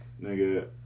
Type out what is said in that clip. Nigga